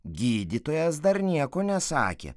gydytojas dar nieko nesakė